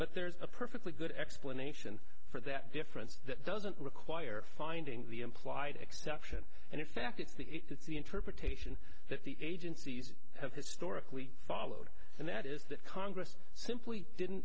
but there's a perfectly good explanation for that difference that doesn't require finding the implied exception and in fact it's the interpretation that the agencies have historically followed and that is that congress simply didn't